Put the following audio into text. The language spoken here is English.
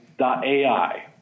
.ai